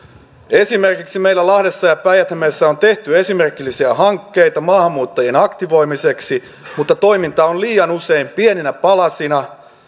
esimerkiksi meillä lahdessa ja päijät hämeessä on tehty esimerkillisiä hankkeita maahanmuuttajien aktivoimiseksi mutta toiminta on liian usein pieninä palasina